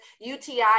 UTI